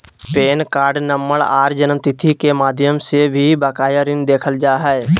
pan card number आर जन्मतिथि के माध्यम से भी बकाया ऋण देखल जा हय